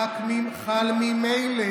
חל ממילא,